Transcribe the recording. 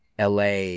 LA